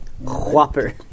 Whopper